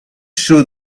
show